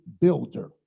builder